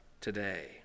today